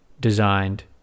designed